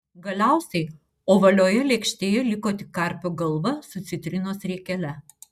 galiausiai ovalioje lėkštėje liko tik karpio galva su citrinos riekele